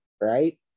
Right